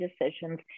decisions